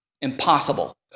impossible